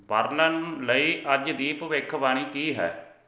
Berlin ਲਈ ਅੱਜ ਦੀ ਭਵਿੱਖਵਾਣੀ ਕੀ ਹੈ